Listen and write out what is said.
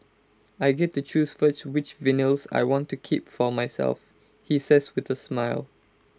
I get to choose first which vinyls I want to keep for myself he says with A smile